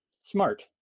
Smart